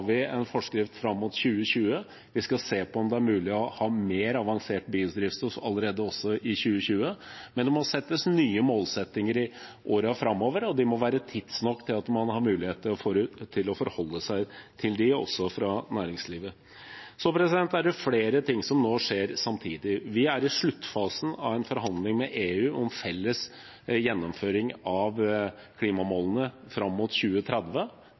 en forskrift fram mot 2020. Vi skal se på om det er mulig å ha mer avansert biodrivstoff allerede i 2020, men det må settes nye mål i årene framover, og de må komme tidsnok til at også næringslivet har mulighet til å forholde seg til dem. Det er flere ting som nå skjer samtidig. Vi er i sluttfasen av en forhandling med EU om felles gjennomføring av klimamålene fram mot 2030.